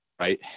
right